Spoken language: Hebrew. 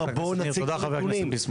עדיף.